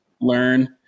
learn